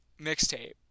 mixtape